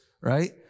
right